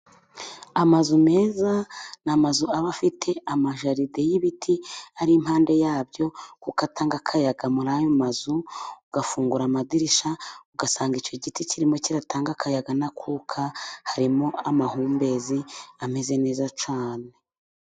Amazu meza, ni amazu aba afite amajaride y'ibiti ari impande yabyo, kuko atanga akayaga muri ayo mazu, ufungura amadirishya, ugasanga icyo giti kirimo kiratanga akayaga n'akuka, harimo amahumbezi ameze neza cyane.